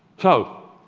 so,